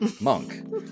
Monk